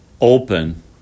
Open